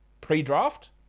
pre-draft